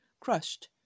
crushed